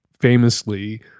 famously